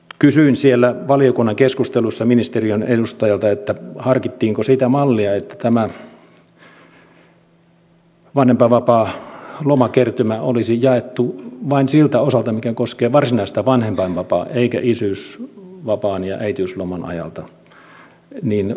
kysyin siellä valiokunnan keskustelussa ministeriön edustajalta harkittiinko sitä mallia että tämä vanhempainvapaan lomakertymä olisi jaettu vain siltä osalta mikä koskee varsinaista vanhempainvapaata eikä isyysvapaan ja äitiysloman ajalta